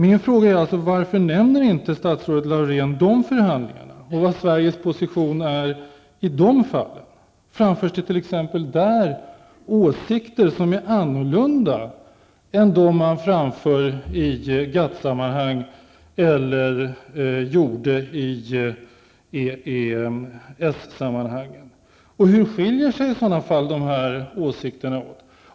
Jag frågar alltså: Varför nämner statsrådet Laurén inte de här förhandlingarna eller vad Sveriges position är i de fallen? Framförs det t.ex. där åsikter som är annorlunda jämfört med de åsikter som framförs i GATT-sammanhang eller som framförts i EES-sammanhang? Om så är fallet: Hur skiljer sig då de olika åsikterna?